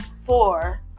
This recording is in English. four